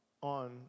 on